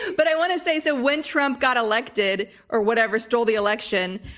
but i want to say, so when trump got elected or whatever, stole the election,